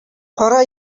кара